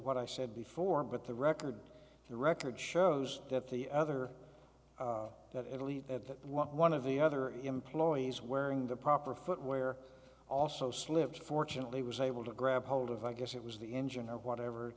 what i said before but the record the record shows that the other that at least that one of the other employees wearing the proper footwear also slips fortunately was able to grab hold of i guess it was the engine or whatever